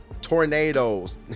Tornadoes